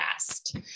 fast